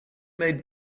made